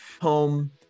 home